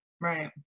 Right